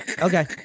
Okay